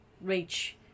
reach